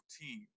team